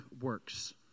works